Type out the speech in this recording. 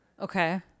Okay